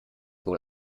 wohl